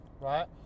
right